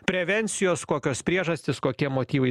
prevencijos kokios priežastys kokie motyvai